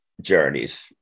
journeys